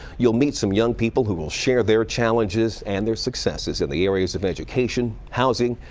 you'll meet some young people who will share their challenges and their successes in the areas of education, housing,